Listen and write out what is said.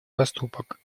поступок